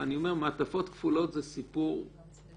אני אומר, מעטפות כפולות זה סיפור מההפטרה.